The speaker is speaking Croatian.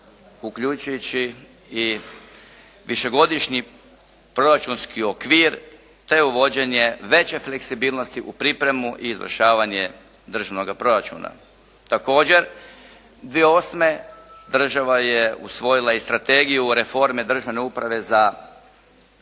uključujući i višegodišnji proračunski okvir te uvođenje veće fleksibilnosti u pripremu i izvršavanje državnoga proračuna. Također 2008. država je usvojila i strategiju reforme državne uprave za razdoblje